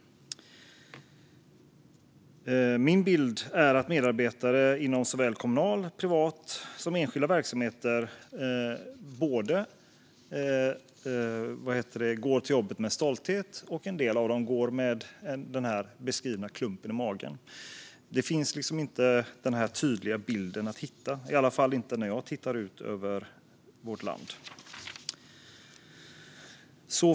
Min bild är att en del medarbetare inom såväl kommunala och privata som enskilda verksamheter går till jobbet med stolthet och att en del går med den beskrivna klumpen i magen. Det går inte att hitta en tydlig bild, i alla fall inte när jag tittar ut över vårt land.